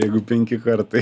jeigu penki kartai